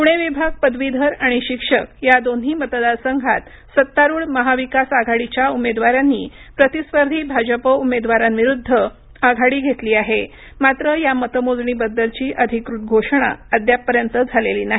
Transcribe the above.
पुणे विभाग पदवीधर आणि शिक्षक या दोन्ही मतदार संघात सत्तारुढ महाविकास आघाडीच्या उमेदवारांनी प्रतिस्पर्धी भाजप उमेदवारांविरुद्ध आघाडी घेतली आहे मात्र या मतमोजणीबद्दलची अधिकृत घोषणा अद्यापपर्यंत झालेली नाही